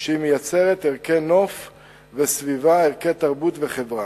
שהיא מייצרת, ערכי נוף וסביבה, ערכי תרבות וחברה,